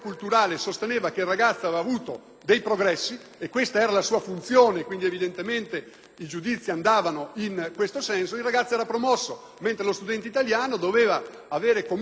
dei progressi (e questa era la sua funzione, quindi i giudizi andavano in questo senso), il ragazzo era promosso, mentre lo studente italiano doveva avere comunque la sufficienza nelle diverse discipline.